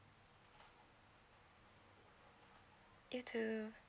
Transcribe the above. you too